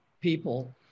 people